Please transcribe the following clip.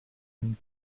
and